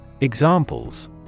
Examples